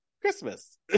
Christmas